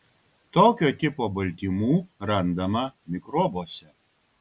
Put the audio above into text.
tokio tipo baltymų randama mikrobuose